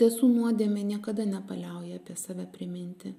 tiesų nuodėmė niekada nepaliauja apie save priminti